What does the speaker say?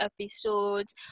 episodes